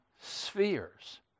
spheres